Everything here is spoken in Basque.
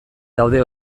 daude